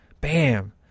Bam